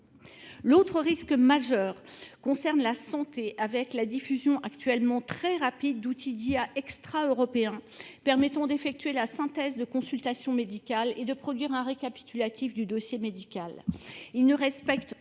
L'autre risque majeur concerne la santé avec la diffusion actuellement très rapide d'outils d'IA extra-européens permettant d'effectuer la synthèse de consultation médicale et de produire un récapitulatif du dossier médical. Ils ne respectent